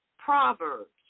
Proverbs